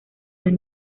del